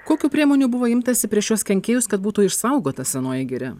kokių priemonių buvo imtasi prieš šiuos kenkėjus kad būtų išsaugota senoji giria